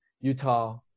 Utah